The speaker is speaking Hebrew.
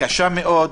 קשה מאוד,